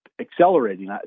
accelerating